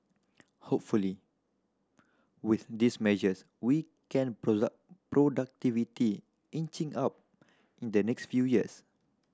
hopefully with these measures we can productivity inching up in the next few years